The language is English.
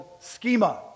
schema